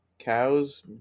Cows